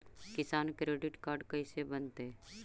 किसान credit card कैसे बनतै?